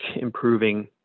improving